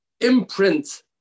imprint